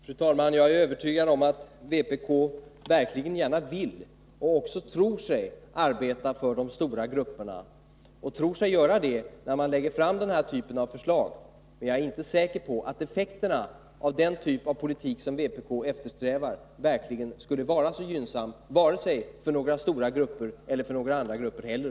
Fru talman! Jag är övertygad om att vpk verkligen gärna vill och tror sig arbeta för de stora grupperna och att man också tror sig göra det när man lägger fram denna typ av förslag. Men jag är inte säker på att effekterna av den politik som vpk eftersträvar skulle vara så gynnsam, varken för några stora grupper eller för några andra grupper.